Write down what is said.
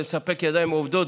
זה מספק ידיים עובדות.